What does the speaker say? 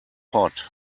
pot